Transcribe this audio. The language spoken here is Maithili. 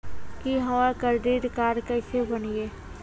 की हमर करदीद कार्ड केसे बनिये?